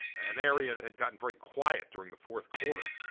an area that had gotten very quiet during the fourth quarter.